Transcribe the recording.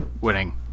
winning